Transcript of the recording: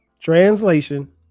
Translation